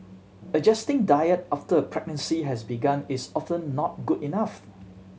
adjusting diet after a pregnancy has begun is often not good enough